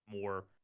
more